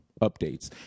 updates